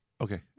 Okay